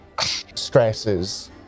stresses